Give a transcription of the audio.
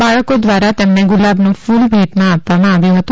બાળકો ધ્વારા તેમને ગુલાબનુ કુલ ભેટમાં આપવામાં આવ્યું હતું